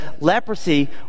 leprosy